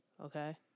Okay